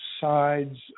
sides